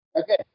Okay